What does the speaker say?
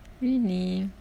really